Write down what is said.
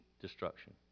destruction